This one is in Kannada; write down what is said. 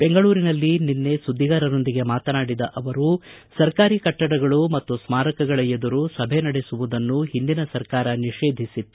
ಬೆಂಗಳೂರಿನಲ್ಲಿ ನಿನ್ನೆ ಸುದ್ದಿಗಾರರೊಂದಿಗೆ ಮಾತನಾಡಿದ ಅವರು ಸರ್ಕಾರಿ ಕಟ್ಟಡಗಳು ಮತ್ತು ಸ್ಥಾರಕಗಳ ಎದುರು ಸಭೆ ನಡೆಸುವುದನ್ನು ಹಿಂದಿನ ಸರ್ಕಾರ ನಿಷೇಧಿಸಿತ್ತು